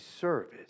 service